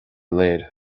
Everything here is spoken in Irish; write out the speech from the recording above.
léir